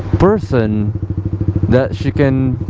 person that she can.